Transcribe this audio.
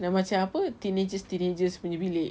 dah macam apa teenagers teenagers punya bilik